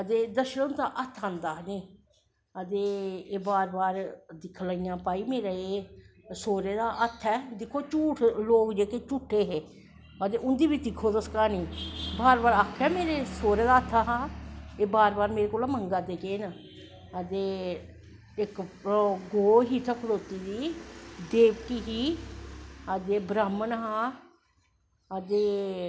ते दशथ हुदां हत्थ आंदा इनें ते एह् बार बार दिक्खन लगियां भाई मेरा एह् सौह्रे दा हत्थ ऐ दिक्खो लोग जेह्के झूठे हे ते उंदी बी दिक्खो तुस क्हानी आक्खै बार बार मेरे सौह्रे दा हत्थ हा एह् बार बार मेरे कोला दा मंगा दे केह् न ते इक ओह् गौ ही उत्थें खड़ोती दी देवक ही ते ब्रह्मन हा अते